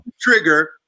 trigger